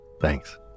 Thanks